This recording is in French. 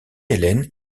hélène